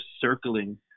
circling